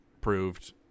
proved